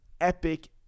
epic